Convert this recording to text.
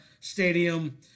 Stadium